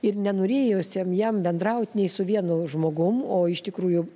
ir nenorėjusiam jam bendraut nei su vienu žmogum o iš tikrųjų